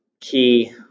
Key